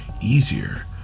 easier